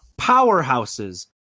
powerhouses